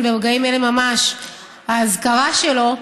ברגעים אלה ממש האזכרה שלו,